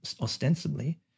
ostensibly